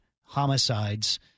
homicides